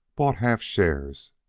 bought half shares,